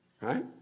Right